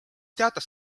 teatas